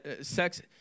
Sex